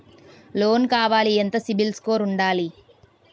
Loan కావాలి ఎంత CIBIL score ఉండాలి?